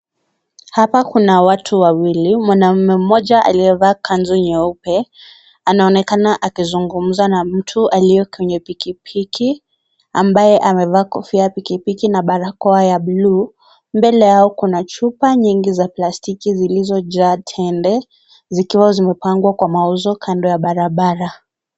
Hapa kuna watu wawili. Mwanaume mmoja aliyevaa kanzu nyeupe, anaonekana akizungumza na mtu aliye kwenye pikipiki, ambaye amevaa kofia ya pikipiki na barakoa ya bluu. Mbele yao kuna chupa nyingi za plastiki zilizojaa tembe, zikiwa zimepangwa kwa mauzo kando ya barabara.